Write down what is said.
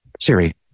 Siri